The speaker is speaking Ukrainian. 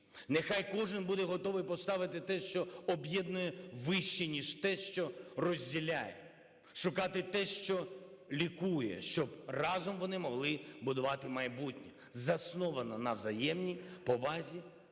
нехай кожен буде готовий поставити те, що об'єднує, вище, ніж те, що розділяє, шукати те, що лікує, щоб разом вони могли будувати майбутнє, засноване на взаємній повазі,